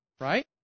Right